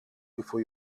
before